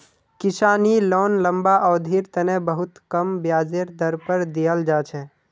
किसानी लोन लम्बा अवधिर तने बहुत कम ब्याजेर दर पर दीयाल जा छे